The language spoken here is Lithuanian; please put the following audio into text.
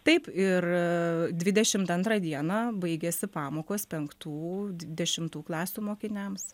taip ir dvidešimt antrą dieną baigiasi pamokos penktų dešimtų klasių mokiniams